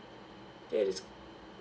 yeah it is